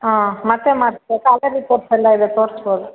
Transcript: ಹಾಂ ಮತ್ತೆ ಮಾಡಿಸಬೇಕಾ ಹಳೆಯ ರಿಪೋರ್ಟ್ಸ್ ಎಲ್ಲ ಇದೆ ತೋರಿಸ್ಬೋದು